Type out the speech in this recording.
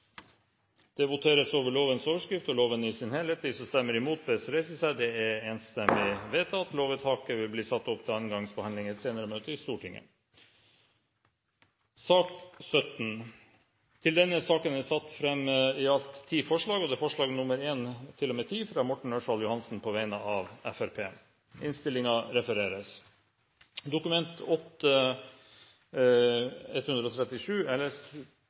Det voteres over lovens overskrift og loven i sin helhet. Lovvedtaket vil bli satt opp til annen gangs behandling i et senere møte i Stortinget. Under debatten er det satt fram i alt 10 forslag. Det er forslagene nr. 1–10, fra Morten Ørsal Johansen på vegne av